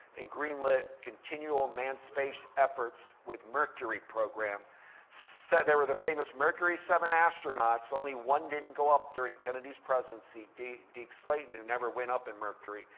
and greenlit, continual manned space efforts with mercury program there were the famous mercury seven astronauts. only one didn't go up during kennedy's presidency, deke deke slayton, who never went up in mercury.